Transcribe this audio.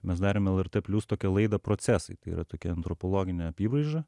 mes darėm lrt plius tokią laidą procesai tai yra tokia antropologinė apybraiža